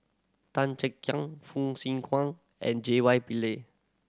Tan Chay Yan Fong Swee Suan and J Y Pillay